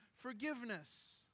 forgiveness